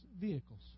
vehicles